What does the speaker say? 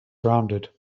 rounded